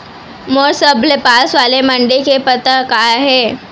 मोर सबले पास वाले मण्डी के पता का हे?